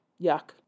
Yuck